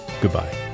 goodbye